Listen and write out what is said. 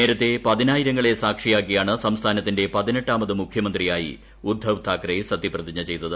നേരത്തെ പതിനായിരങ്ങളെ സാക്ഷിയാക്കിയാണ് സംസ്ഥാനത്തിന്റെ പതിനെട്ടാമത് മുഖ്യമന്ത്രിയായി ഉദ്ധവ് താക്കറെ സത്യപ്രതിജ്ഞു ഉചയ്തത്